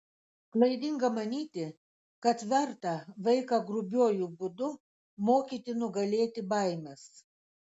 klaidinga manyti kad verta vaiką grubiuoju būdu mokyti nugalėti baimes